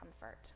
comfort